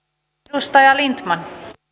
edustaja lindtman